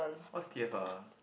what is t_f_r